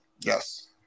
Yes